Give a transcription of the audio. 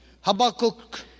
Habakkuk